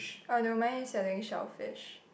oh nevermind is selling shellfish